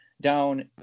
down